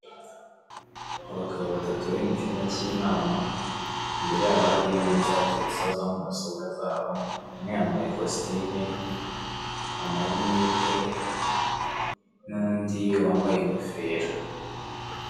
Abagabo batatu bari mu cyumba cy'inama imbere yabo hari imeza iteretseho za mudasobwa zabo, umwe yambaye kositime amarinete n'undi wambaye ingofero.